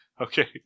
Okay